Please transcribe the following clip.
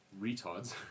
retards